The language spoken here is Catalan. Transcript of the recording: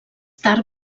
tard